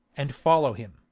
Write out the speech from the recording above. and follow him,